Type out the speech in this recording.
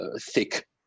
thick